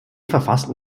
verfassten